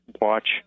watch